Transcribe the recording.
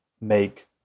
make